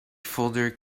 folder